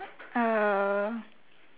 uh